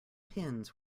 pins